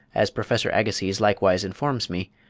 as professor agassiz likewise informs me,